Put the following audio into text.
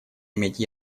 иметь